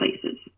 places